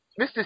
Mr